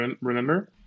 remember